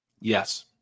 Yes